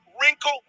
wrinkle